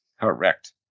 Correct